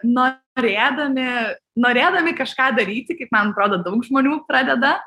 norėdami norėdami kažką daryti kaip man atrodo daug žmonių pradeda